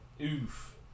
Oof